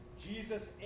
Jesus